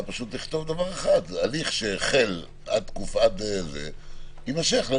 לכתוב: "הליך שהחל עד תקופה זו וזו יימשך".